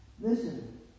Listen